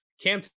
Cam